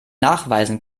nachweisen